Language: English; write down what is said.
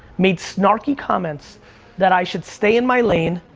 made snarky comments that i should stay in my lane,